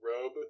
robe